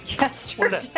Yesterday